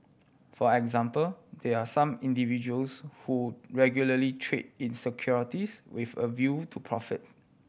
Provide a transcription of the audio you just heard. for example there are some individuals who regularly trade in securities with a view to profit